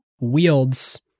wields